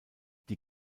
die